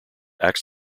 acts